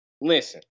listen